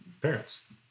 parents